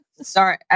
Sorry